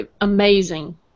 amazing